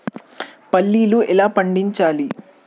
పల్లీలు ఎలా పండించాలి?